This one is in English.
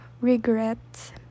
regrets